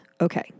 okay